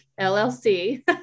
LLC